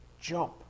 jump